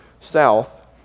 south